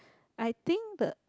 I think the